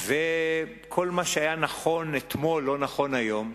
וכל מה שהיה נכון אתמול לא נכון היום,